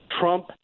Trump